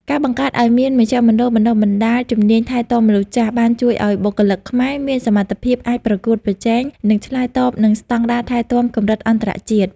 ការបង្កើតឱ្យមានមជ្ឈមណ្ឌលបណ្តុះបណ្តាលជំនាញថែទាំមនុស្សចាស់ បានជួយឱ្យបុគ្គលិកខ្មែរមានសមត្ថភាពអាចប្រកួតប្រជែង និងឆ្លើយតបនឹងស្តង់ដារថែទាំកម្រិតអន្តរជាតិ។